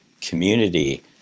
community